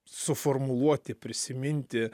suformuluoti prisiminti